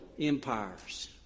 empires